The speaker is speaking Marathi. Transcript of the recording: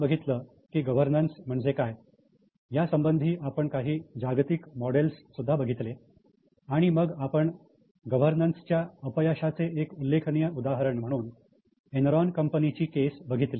आपण बघितलं की गव्हर्नन्स म्हणजे काय यासंबंधी आपण काही जागतिक मॉडेल्स सुद्धा बघितले आणि मग आपण गव्हर्नन्सच्या अपयशाचे एक उल्लेखनीय उदाहरण म्हणून एनरॉन कंपनीची केस बघितली